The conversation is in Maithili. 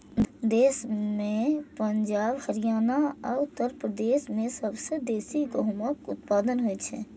देश मे पंजाब, हरियाणा आ उत्तर प्रदेश मे सबसं बेसी गहूमक उत्पादन होइ छै